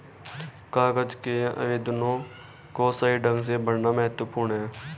कागज के आवेदनों को सही ढंग से भरना महत्वपूर्ण है